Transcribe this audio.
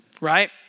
right